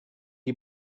die